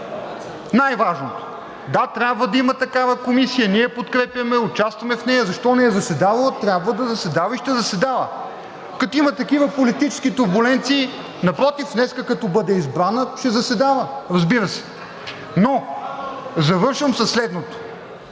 най-важното. Да, трябва да има такава комисия, ние я подкрепяме, участваме в нея. Защо не е заседавала? Трябва да заседава и ще заседава. Като има такива политически турбуленции… (Шум и реплики.) Напротив, днес, като бъде избрана, ще заседава, разбира се, но завършвам със следното.